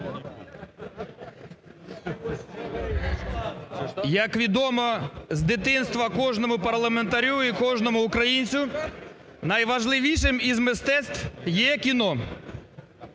Як відомо з дитинства кожному парламентарю і кожному українцю, найважливішим із мистецтв є кіно.